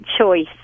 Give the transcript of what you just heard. choice